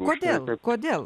kodėl kodėl